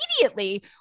immediately